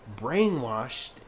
brainwashed